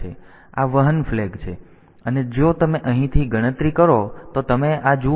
તો આ વહન ફ્લૅગ છે અને જો તમે અહીંથી ગણતરી કરો તો તમે આ જુઓ